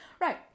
right